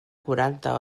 quaranta